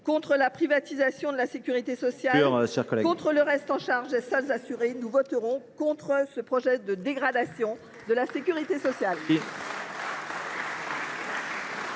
Contre la privatisation de la sécurité sociale, contre le reste à charge des seuls assurés, nous voterons contre ce projet de loi de dégradation de la sécurité sociale.